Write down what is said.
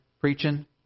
preaching